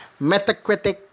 Metacritic